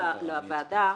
לוועדה,